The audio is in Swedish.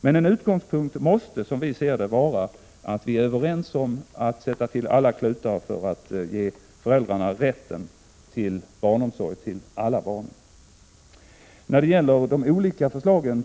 Men en utgångspunkt måste, som vi ser det, vara att vi är överens om att sätta till alla klutar för att ge föräldrarna rätt till barnomsorg för alla barn. Herr talman!